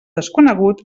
desconegut